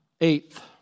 Eighth